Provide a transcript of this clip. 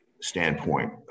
standpoint